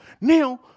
now